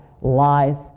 life